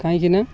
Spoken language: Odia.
କାହିଁକିନା